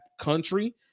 country